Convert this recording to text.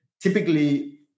Typically